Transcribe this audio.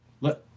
Let